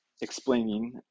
explaining